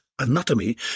anatomy